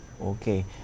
Okay